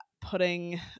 putting